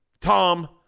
Tom